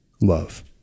love